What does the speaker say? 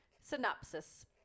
Synopsis